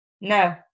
no